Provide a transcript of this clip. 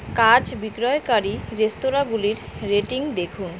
কাজ বিক্রয়কারী রেস্তোরাঁগুলির রেটিং দেখুন